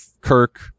Kirk